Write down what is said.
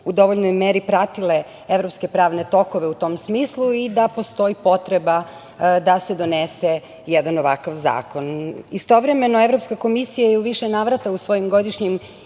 u dovoljnoj meri pratile evropske pravne tokove u tom smislu i da postoji potreba da se donese jedan ovakav zakon. Istovremeno, Evropska komisija jed u više navrata u svojim godišnjim